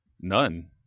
none